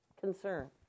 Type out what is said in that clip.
concern